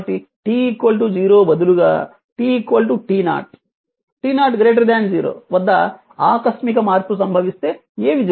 కాబట్టి t 0 బదులుగా t t 0 t0 0 వద్ద ఆకస్మిక మార్పు సంభవిస్తే ఏమి జరుగుతుంది